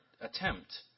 attempt